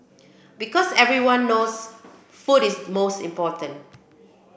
because everyone knows food is most important